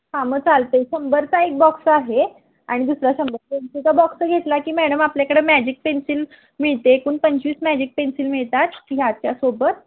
हां मग चालते शंभरचा एक बॉक्स आहे आणि दुसरा शंभर पेन्सिलचा बॉक्स घेतला की मॅडम आपल्याकडं मॅजिक पेन्सिल मिळते एकूण पंचवीस मॅजिक पेन्सिल मिळतात ह्याच्यासोबत